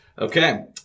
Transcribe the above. Okay